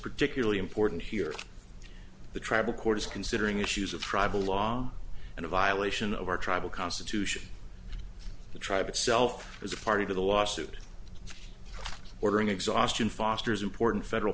particularly important here the tribal court is considering issues of tribal law and a violation of our tribal constitution the tribe itself is a party to the lawsuit ordering exhaustion fosters important federal